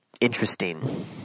interesting